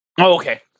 okay